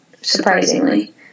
surprisingly